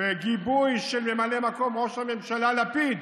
בגיבוי של ממלא מקום ראש הממשלה לפיד